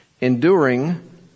enduring